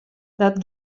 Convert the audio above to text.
dat